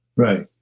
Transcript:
right.